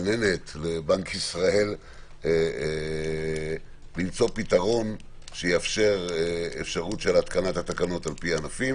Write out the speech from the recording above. מבנק ישראל למצוא פתרון שיאפשר שירות של התקנת התקנות לפי ענפים